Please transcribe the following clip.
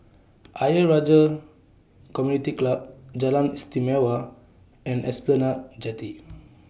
Ayer Rajah Community Club Jalan Istimewa and Esplanade Jetty